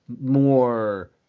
more